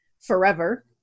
forever